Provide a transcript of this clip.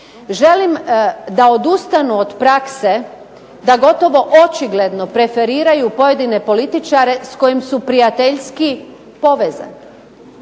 želim da odustanu od prakse da gotovo očigledno preferiraju pojedine političare s kojim su prijateljski povezani.